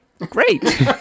great